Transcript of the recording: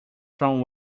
from